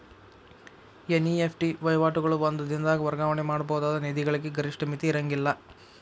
NEFT ವಹಿವಾಟುಗಳು ಒಂದ ದಿನದಾಗ್ ವರ್ಗಾವಣೆ ಮಾಡಬಹುದಾದ ನಿಧಿಗಳಿಗೆ ಗರಿಷ್ಠ ಮಿತಿ ಇರ್ಂಗಿಲ್ಲಾ